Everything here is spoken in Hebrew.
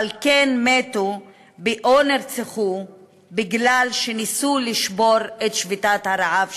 אבל כן מתו או נרצחו בגלל שניסו לשבור את שביתת הרעב שלהם.